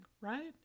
right